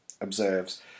observes